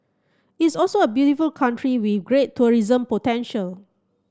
it's also a beautiful country with great tourism potential